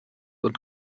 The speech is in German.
und